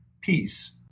peace